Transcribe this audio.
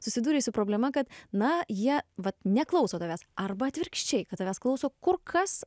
susidūrei su problema kad na jie vat neklauso tavęs arba atvirkščiai kad tavęs klauso kur kas